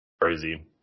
crazy